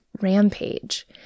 rampage